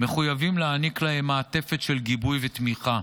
מחויבים להעניק להם מעטפת של גיבוי ותמיכה,